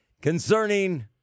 concerning